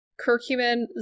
Curcumin